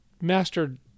mastered